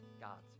God's